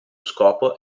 scopo